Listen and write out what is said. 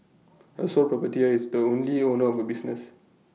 A sole proper tear is the only owner of A business